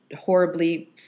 horribly